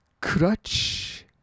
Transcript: Crutch